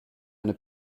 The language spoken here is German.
eine